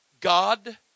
God